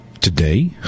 today